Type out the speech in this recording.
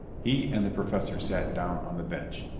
he and the professor sat down on the bench.